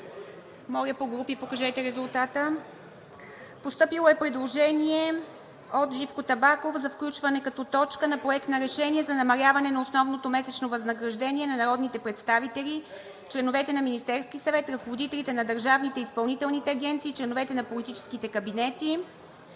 се 2. Предложението е прието. Постъпило е предложение от Живко Табаков за включване като точка на Проект на решение за намаляване на основното месечно възнаграждение на народните представители, членовете на Министерския съвет, ръководителите на държавните и изпълнителните агенции и членовете на политическите кабинети.